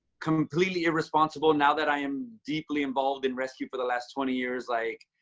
completely ah responsible now that i am deeply involved in rescue for the last twenty years. like,